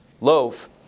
loaf